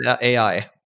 AI